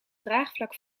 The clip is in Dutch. draagvlak